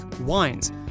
Wines